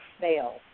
fail